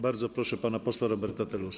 Bardzo proszę pana posła Roberta Telusa.